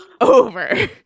over